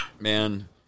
Man